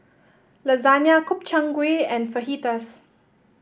Lasagna Gobchang Gui and Fajitas